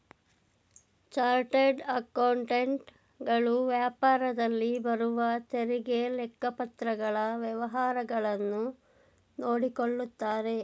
chartered accountant ಗಳು ವ್ಯಾಪಾರದಲ್ಲಿ ಬರುವ ತೆರಿಗೆ, ಲೆಕ್ಕಪತ್ರಗಳ ವ್ಯವಹಾರಗಳನ್ನು ನೋಡಿಕೊಳ್ಳುತ್ತಾರೆ